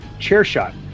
CHAIRSHOT